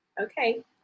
Okay